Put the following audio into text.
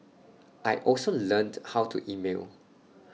I also learned how to email